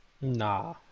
Nah